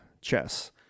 Chess